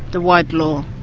the white law.